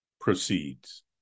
proceeds